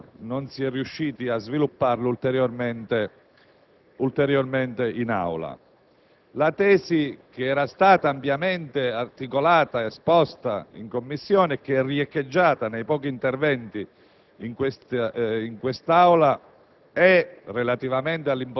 e, purtroppo, non si è riusciti a svilupparlo ulteriormente in Aula. La tesi che era stata ampiamente articolata in Commissione e che è riecheggiata nei pochi interventi in Aula,